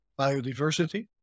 biodiversity